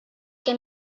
che